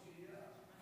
כראש עירייה.